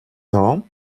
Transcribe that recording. ans